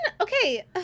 Okay